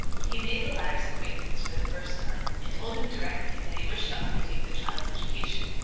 he made the latter's acquaintance for the first time, and told him directly that he wished to undertake the child's education.